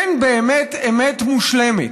אין באמת אמת מושלמת.